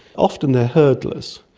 often they are hurdlers.